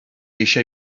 eisiau